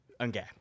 Okay